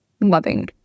loving